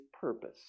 purpose